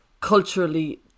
culturally